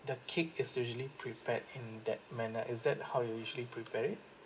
the cake is usually prepared in that manner is that how you usually prepare it